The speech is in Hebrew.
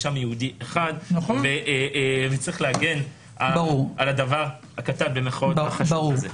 יש עם יהודי אחד ונצטרך להגן על הדבר "הקטן" במירכאות והחשוב הזה.